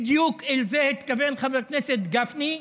בדיוק לזה התכוון חבר הכנסת גפני,